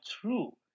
true